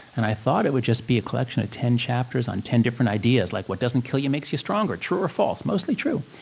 and i thought it would just be a collection of ten chapters on ten different ideas, like, what doesn't kill you makes you stronger. true or false? mostly true.